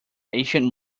ancient